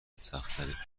سختتر